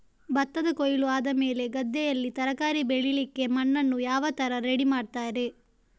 ಭತ್ತದ ಕೊಯ್ಲು ಆದಮೇಲೆ ಗದ್ದೆಯಲ್ಲಿ ತರಕಾರಿ ಬೆಳಿಲಿಕ್ಕೆ ಮಣ್ಣನ್ನು ಯಾವ ತರ ರೆಡಿ ಮಾಡ್ತಾರೆ?